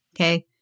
Okay